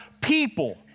people